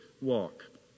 walk